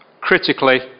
critically